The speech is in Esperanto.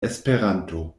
esperanto